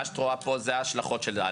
מה שאת רואה פה אלה ההשלכות שלה.